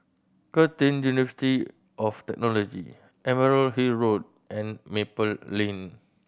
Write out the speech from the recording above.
Curtin University of Technology Emerald Hill Road and Maple Lane